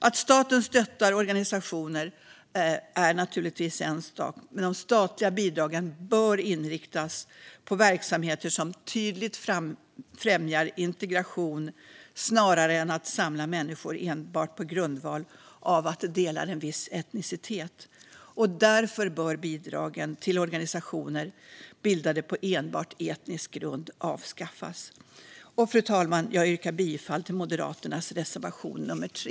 Att staten stöttar organisationer är naturligtvis en sak, men de statliga bidragen bör inriktas på verksamheter som tydligt främjar integration snarare än att samla människor enbart på grundval av att de delar en viss etnicitet. Därför bör bidragen till organisationer bildade på enbart etnisk grund avskaffas. Fru talman! Jag yrkar bifall till Moderaternas reservation nummer 3.